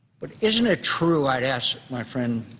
but isn't it true, i would ask my friend,